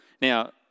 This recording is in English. Now